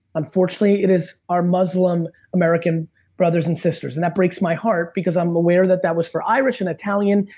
unfortunately, it is our muslim-american brothers and sisters, and that breaks my heart because i'm aware that that was for irish and italian,